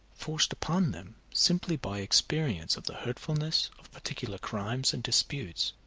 forced upon them simply by experience of the hurtfulness of particular crimes and disputes,